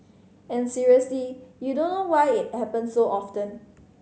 and seriously you don't know why it happens so often